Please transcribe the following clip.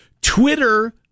Twitter